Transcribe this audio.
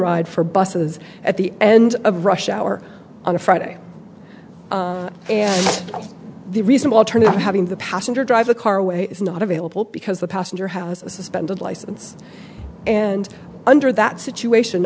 ride for buses at the end of rush hour on a friday and the reasonable alternative to having the passenger drive the car away is not available because the passenger has a suspended license and under that situation